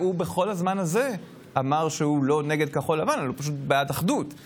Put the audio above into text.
"אני מתחייב לשמור אמונים למדינת ישראל ולמלא באמונה את שליחותי